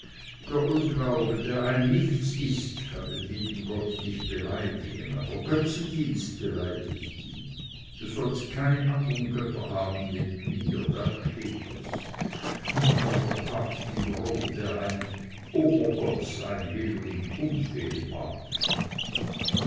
der unglaube der ein nichts ist kann den lieben gott nicht beleidigen aber götzendienst beleidigt ihn du sollst keine andern götter haben neben mir da steht es und nun gar der papst in rom der ein obergott sein will und